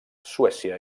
suècia